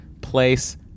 place